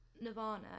Nirvana